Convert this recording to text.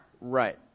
Right